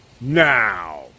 now